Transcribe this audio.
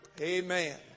Amen